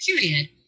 period